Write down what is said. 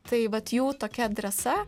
tai vat jų tokia drąsa